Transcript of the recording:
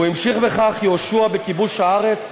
והמשיך בכך יהושע בכיבוש הארץ,